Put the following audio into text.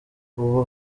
ubu